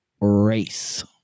race